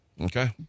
Okay